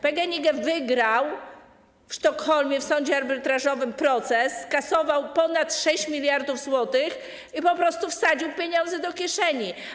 PGNiG wygrał w Sztokholmie w sądzie arbitrażowym proces, skasował ponad 6 mld zł i po prostu wsadził te pieniądze do kieszeni.